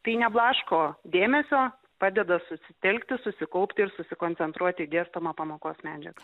tai neblaško dėmesio padeda susitelkti susikaupti ir susikoncentruoti į dėstomą pamokos medžiagą